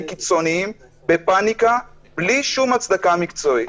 קיצוניים בפניקה בלי שום הצדקה מקצועית.